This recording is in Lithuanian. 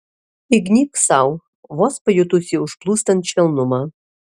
įgnybk sau vos pajutusi užplūstant švelnumą